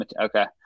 Okay